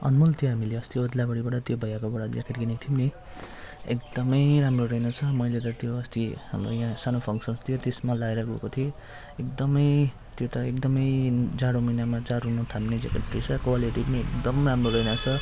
अनमोल त्यो हामीले अस्ति ओद्लाबाडीबाट त्यो भैयाकोबाट ज्याकेट किनेको थियौँ नि एकदमै राम्रो रहेनछ मैले त त्यो अस्ति हाम्रो यहाँ सानो फङ्सन्स थियो त्यसमा लगाएर गएको थिएँ एकदमै त्यो त एकदमै जाडो महिनामा जाडो नथाम्ने ज्याकेट रहेछ क्वालिटी पनि एकदम राम्रो रहेन रहेछ